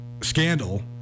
scandal